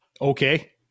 Okay